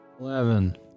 Eleven